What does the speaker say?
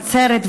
נצרת,